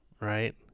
right